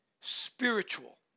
Spiritual